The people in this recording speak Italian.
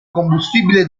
combustibile